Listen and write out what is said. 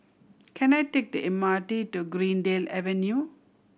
can I take the M R T to Greendale Avenue